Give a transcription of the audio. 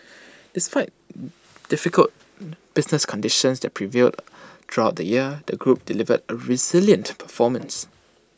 despite difficult business conditions that prevailed throughout the year the group delivered A resilient performance